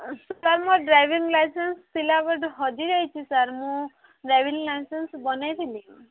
sir ମୋ driving licence ଥିଲା ବୋଧେ ହଜି ଯାଇଛି ସାର୍ ମୁଁ ଡ୍ରାଇଭିଂ ଲାଇସେନ୍ସ ବନେଇଥିଲି